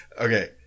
Okay